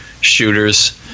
shooters